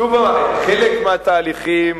חלק מהתהליכים